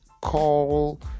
call